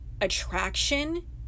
attraction